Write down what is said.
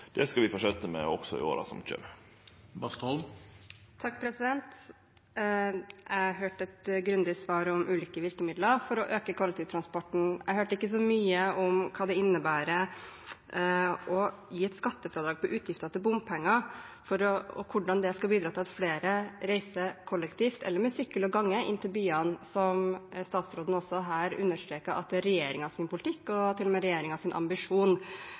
Det skal vi fortsetje med også i åra som kjem. Jeg hørte et grundig svar om ulike virkemidler for å øke kollektivtransporten. Jeg hørte ikke så mye om hva det innebærer å gi et skattefradrag for utgifter til bompenger – hvordan det skal bidra til at flere reiser kollektivt eller med sykkel og gange inn til byene, som statsråden også her understreket er regjeringens politikk, til og med regjeringens ambisjon. Spørsmålet mitt er